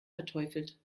verteufelt